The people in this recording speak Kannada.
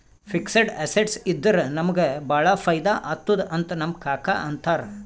ಫಿಕ್ಸಡ್ ಅಸೆಟ್ಸ್ ಇದ್ದುರ ನಮುಗ ಭಾಳ ಫೈದಾ ಆತ್ತುದ್ ಅಂತ್ ನಮ್ ಕಾಕಾ ಅಂತಾರ್